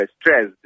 stressed